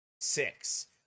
six